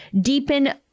Deepen